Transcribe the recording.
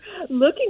looking